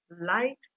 light